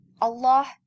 Allah